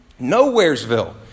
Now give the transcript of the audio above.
Nowheresville